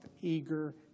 eager